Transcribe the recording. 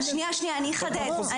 שנייה, אני אחדד.